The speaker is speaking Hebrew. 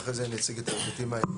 ואחרי זה אני אציג את ההיבטים האחרים.